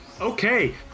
Okay